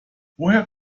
woher